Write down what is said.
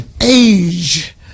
Age